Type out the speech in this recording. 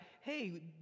hey